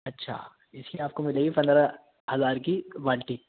اچھا اس میں آپ کو ملے گی پندرہ ہزار کی بالٹی